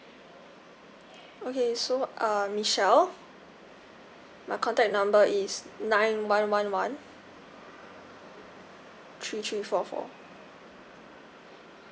okay so uh michelle my contact number is nine one one one three three four four